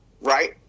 Right